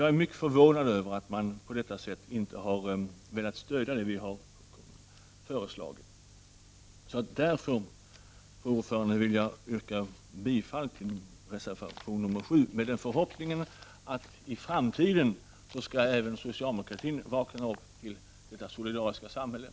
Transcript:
Jag är mycket förvånad över att man inte på detta sätt velat stödja det vi reservanter har föreslagit. Jag vill därför, fru talman, yrka bifall till reservation nr 7 med den förhoppningen att även socialdemokratin i framtiden skall vakna upp och arbeta för detta solidariska samhälle.